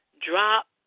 drop